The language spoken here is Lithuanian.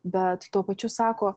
bet tuo pačiu sako